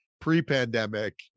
pre-pandemic